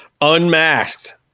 Unmasked